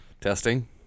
testing